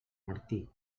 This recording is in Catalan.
martí